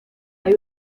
hay